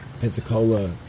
Pensacola